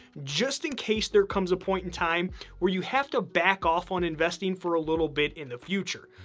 just in case there comes a point in time where you have to back off on investing for a little bit in the future.